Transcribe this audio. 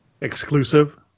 exclusive